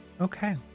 Okay